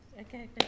Okay